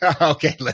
Okay